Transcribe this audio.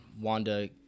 wanda